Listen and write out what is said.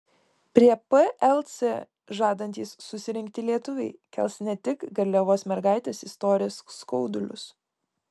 prie plc žadantys susirinkti lietuviai kels ne tik garliavos mergaitės istorijos skaudulius